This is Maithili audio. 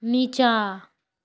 नीचाँ